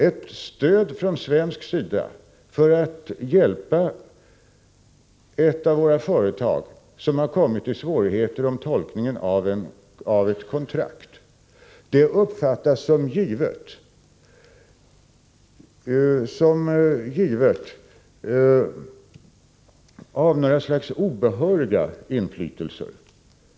Ett stöd från svensk sida för att hjälpa ett av våra företag, som har kommit i svårigheter beträffande tolkningen av ett kontrakt, uppfattas som något slags obehörigt inflytande.